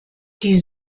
die